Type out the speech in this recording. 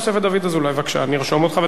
אני ארשום אותך ואתה תהיה אחרון המביעים.